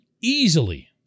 Easily